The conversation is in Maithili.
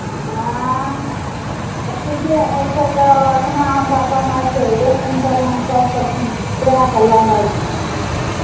आँय तऽ ठीके छै तऽ अपना हमरा बनाय कऽ एक क्विंटल हम सभ सबजी पूराय कऽ लेनाइ छै हमरा